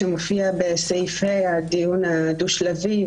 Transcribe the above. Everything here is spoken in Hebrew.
שמופיע בסעיף (ה) הדיון הדו-שלבי,